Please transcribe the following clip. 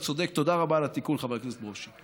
אתה צודק, תודה רבה על התיקון, חבר הכנסת ברושי.